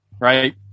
right